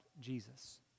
Jesus